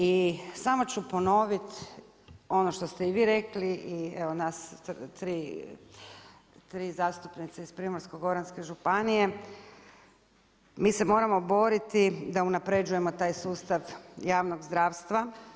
I samo ću ponovit ono što ste i vi rekli i evo nas tri zastupnice iz Primorsko-goranske županije, mi se moramo boriti da unapređujemo taj sustav javnog zdravstva.